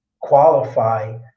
qualify